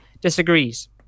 disagrees